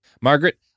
Margaret